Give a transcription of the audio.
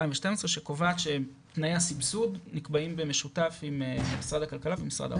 מ-2012 שקובעת שתנאי הסבסוד נקבעים במשותף עם משרד הכלכלה ומשרד האוצר.